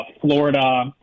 Florida